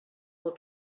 will